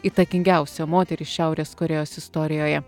įtakingiausią moterį šiaurės korėjos istorijoje